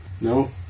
No